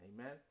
Amen